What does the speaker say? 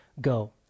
go